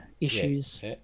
issues